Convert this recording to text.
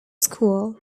school